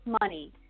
money